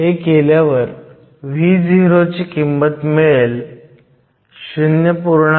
हे केल्यावर Vo ची किंमत 0